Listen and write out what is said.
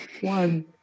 one